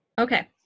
okay